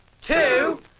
two